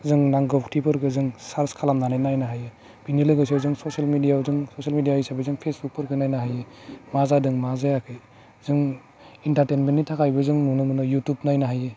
जों नांगौ फुथिफोरखौ जों सार्च खालामनानै नायनो हायो बेनि लोगोसे जों ससियेल मेडियायाव जों ससियेल मेडिया हिसाबै जों फेसबुकफोरखौ नायनो हायो मा जादों मा जायाखै जों एन्टारटेनमेन्टनि थाखायबो जों नुनो मोनो इउटुब नायनो हायो